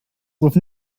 with